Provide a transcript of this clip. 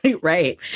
Right